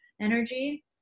energy